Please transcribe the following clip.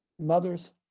Mothers